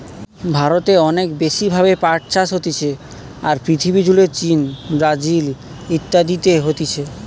ভারতে অনেক বেশি ভাবে পাট চাষ হতিছে, আর পৃথিবী জুড়ে চীন, ব্রাজিল ইত্যাদিতে হতিছে